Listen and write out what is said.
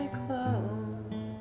clothes